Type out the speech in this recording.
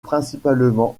principalement